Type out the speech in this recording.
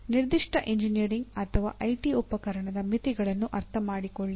ನಿರ್ದಿಷ್ಟ ಎಂಜಿನಿಯರಿಂಗ್ ಅಥವಾ ಐಟಿ ಉಪಕರಣದ ಮಿತಿಗಳನ್ನು ಅರ್ಥಮಾಡಿಕೊಳ್ಳಿ